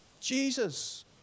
Jesus